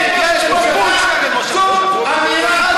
יש פה פוטש נגד ראש הממשלה, חד-משמעי.